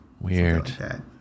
Weird